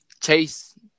Chase